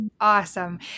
Awesome